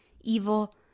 evil